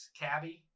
cabby